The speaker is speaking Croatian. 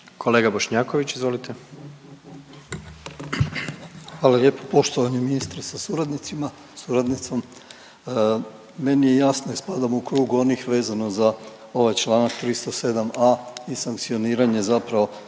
**Bošnjaković, Dražen (HDZ)** Hvala lijepo. Poštovani ministre sa suradnicima, suradnicom, meni je jasno i spadamo u krug onih vezano za ovaj čl. 307.a. i sankcioniranje zapravo